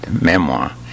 memoir